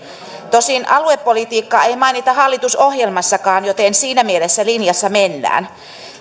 tosin aluepolitiikkaa ei mainita hallitusohjelmassakaan joten siinä mielessä linjassa mennään